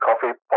coffee